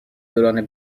دوران